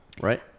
right